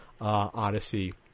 Odyssey